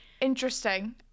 interesting